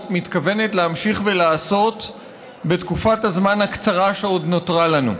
מתכוונת להמשיך ולעשות בתקופת הזמן הקצרה שעוד נותרה לנו.